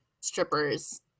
strippers